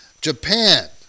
Japan